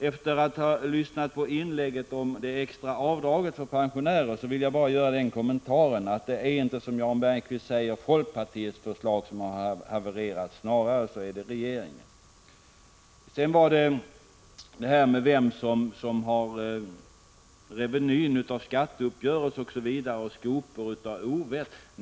Efter att ha lyssnat på inläggen om det extra avdraget för pensionärerna vill jag göra den kommentaren att det inte är så som Jan Bergqvist säger att det är folkpartiets förslag som har havererat — snarare är det regeringens. Sedan gällde det vem som skall ha reveny av skatteuppgörelsen resp. skopor av ovett.